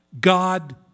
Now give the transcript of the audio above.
God